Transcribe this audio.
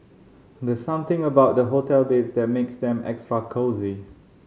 there's something about the hotel beds that makes them extra cosy